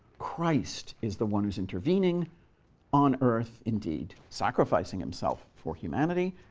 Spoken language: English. christ is the one who's intervening on earth, indeed, sacrificing himself for humanity.